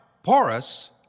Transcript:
porous